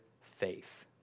faith